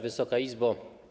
Wysoka Izbo!